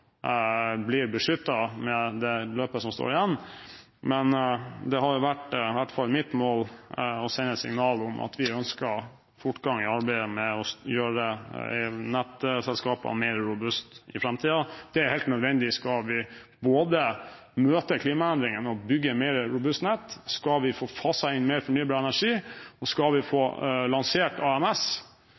blir beskyttet i det løpet som står igjen. Men det har i hvert fall vært mitt mål å sende signal om at vi ønsker fortgang i arbeidet med å gjøre nettselskapene mer robuste i framtiden. Det er helt nødvendig hvis vi skal møte både klimaendringene og bygge mer robuste nett. Og hvis vi skal få faset inn mer fornybar energi og få lansert AMS,